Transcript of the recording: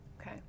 Okay